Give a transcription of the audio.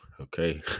okay